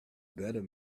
better